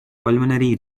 pulmonary